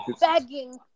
begging